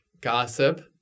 gossip